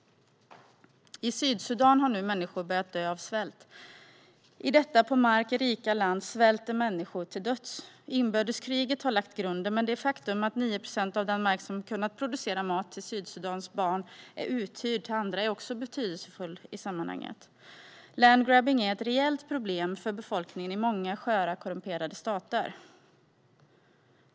I Sydsudan har nu människor börjat att dö av svält. I detta på mark rika land svälter människor till döds. Inbördeskriget har lagt grunden, men det faktum att 9 procent av den mark som hade kunnat producera mat till Sydsudans barn är uthyrd till andra är också betydelsefullt i sammanhanget. Landgrabbing är ett reellt problem för befolkningen i många sköra, korrumperade stater.